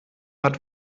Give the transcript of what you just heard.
hat